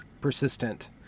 persistent